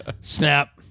snap